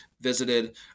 visited